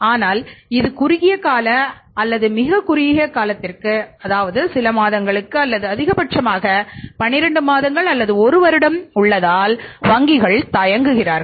ஆனால் இது குறுகிய கால மிகக் குறுகிய காலத்திற்கு சில மாதங்களுக்கு அல்லது அதிகபட்சமாக 12 மாதங்கள் அல்லது 1 வருடம் உள்ளதால் வங்கிகள் தயங்குகிறார்கள்